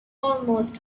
almost